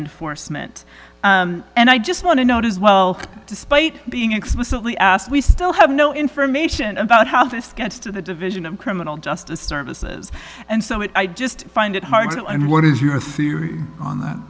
enforcement and i just want to note as well despite being explicitly asked we still have no information about how this gets to the division of criminal justice services and so it i just find it hard and what is your